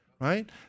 right